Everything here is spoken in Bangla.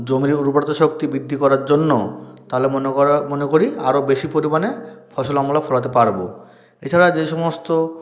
জমির উর্বরতা শক্তি বৃদ্ধি করার জন্য তাহলে মনে করা মনে করি আরও বেশি পরিমাণে ফসল আমরা ফলাতে পারব এছাড়া যে সমস্ত